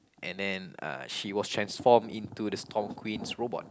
and then uh she was transformed into the Storm Queen's robot